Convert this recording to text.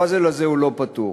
הפאזל הזה הוא לא פתור.